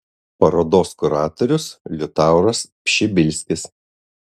parodos kuratorius liutauras pšibilskis